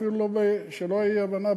שלא תהיה אי-הבנה,